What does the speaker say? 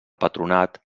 patronat